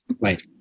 right